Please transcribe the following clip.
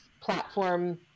platform